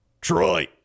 Troy